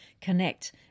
Connect